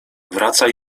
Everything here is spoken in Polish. wraca